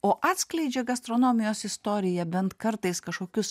o atskleidžia gastronomijos istorija bent kartais kažkokius